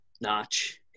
notch